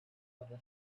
other